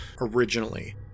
originally